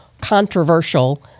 controversial